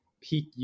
peak